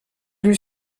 eût